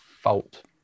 fault